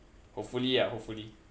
hopefully ah hopefully